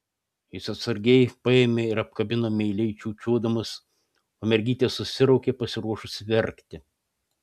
jis atsargiai paėmė ir apkabino meiliai čiūčiuodamas o mergytė susiraukė pasiruošusi verkti